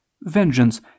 vengeance